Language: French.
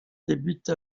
débute